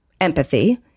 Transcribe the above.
empathy